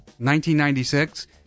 1996